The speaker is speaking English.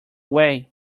way